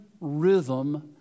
rhythm